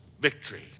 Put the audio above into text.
victory